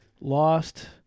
lost